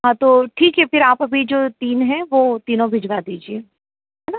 हाँ तो ठीक है फ़िर आप अभी जो तीन है वह तीनों भिजवा दीजिए है ना